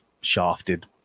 shafted